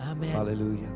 Hallelujah